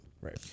Right